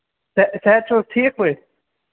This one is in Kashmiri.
صحت چھُو حظ ٹھیٖک پٲٹھۍ